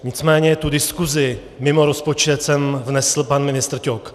Nicméně tu diskusi mimo rozpočet sem vnesl pan ministr Ťok.